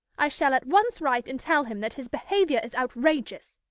i shall at once write and tell him that his behaviour is outrageous.